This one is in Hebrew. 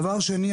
דבר שני,